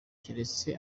keretse